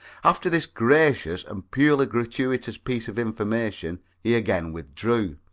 after this gracious and purely gratuitous piece of information he again withdrew,